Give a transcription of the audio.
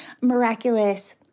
miraculous